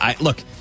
look